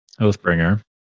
Oathbringer